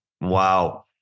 Wow